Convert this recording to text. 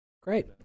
Great